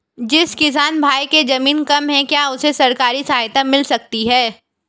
जिस किसान भाई के ज़मीन कम है क्या उसे सरकारी सहायता मिल सकती है?